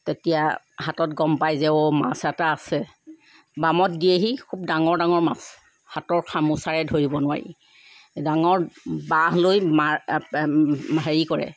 তেতিয়া হাতত গম পায় যে ঔ মাছ এটা আছে বামত দিয়েহি খুব ডাঙৰ ডাঙৰ মাছ হাতৰ খামোচাৰে ধৰিব নোৱাৰি ডাঙৰ বাঁহ লৈ মাৰ হেৰি কৰে